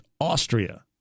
Austria